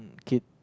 kid